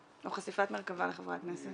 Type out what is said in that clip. או חשיפת מרכב"ה לחברי הכנסת?